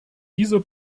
dieser